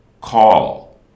Call